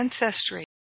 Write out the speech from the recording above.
ancestry